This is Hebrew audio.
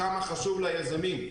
ושם חשוב לה יזמים.